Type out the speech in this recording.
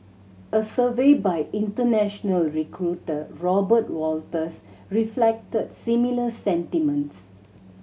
a survey by international recruiter Robert Walters reflected similar sentiments